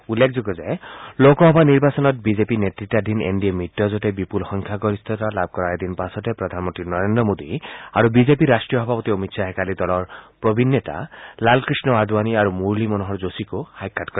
উল্লেখযোগ্য যে লোকসভা নিৰ্বাচনত বিজেপি নেতৃতাধীন এন ডি এ মিত্ৰজোঁটে বিপূল সংখ্যাগৰিষ্ঠতা লাভ কৰাৰ এদিন পাছতে প্ৰধানমন্ত্ৰী নৰেন্দ্ৰ মোদী আৰু বিজেপিৰ ৰাষ্ট্ৰীয় সভাপতি অমিত খাহে কালি দলৰ প্ৰবীণ নেতা লালকৃষ্ণ আদবানি আৰু মুৰুলী মনোহৰ যোশীকো সাক্ষাৎ কৰে